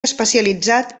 especialitzat